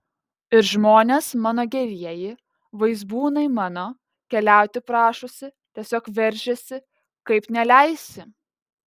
ir žmonės mano gerieji vaizbūnai mano keliauti prašosi tiesiog veržiasi kaip neleisi